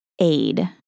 aid